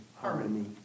Harmony